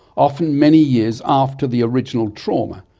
often many years after the original trauma,